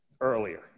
earlier